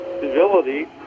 civility